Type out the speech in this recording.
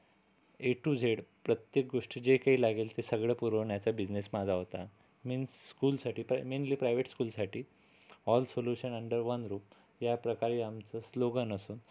A to Z प्रत्येक गोष्ट जे काही लागेल ते सगळं पुरवण्याचा बिझनेस माझा होता मीन्स स्कूलसाठी पर मेनली प्राईव्हेट स्कूलसाठी all solution under one roof याप्रकारे आमचं स्लोगन असून